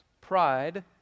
pride